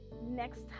next